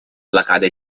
блокады